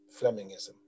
Flemingism